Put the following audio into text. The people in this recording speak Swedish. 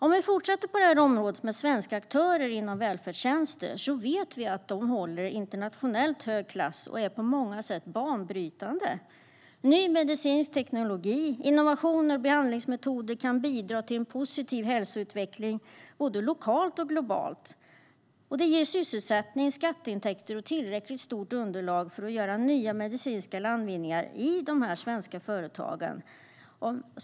Om vi fortsätter på området svenska aktörer inom välfärdstjänster vet vi att de håller internationellt hög klass och att de på många sätt är banbrytande. Ny medicinsk teknologi, innovation och nya behandlingsmetoder kan bidra till en positiv hälsoutveckling både lokalt och globalt. Och det ger sysselsättning, skatteintäkter och tillräckligt stort underlag för att göra nya medicinska landvinningar i dessa svenska företag.